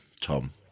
Tom